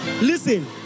Listen